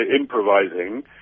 improvising